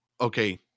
okay